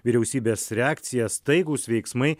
vyriausybės reakcija staigūs veiksmai